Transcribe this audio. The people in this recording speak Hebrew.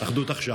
אחדות עכשיו.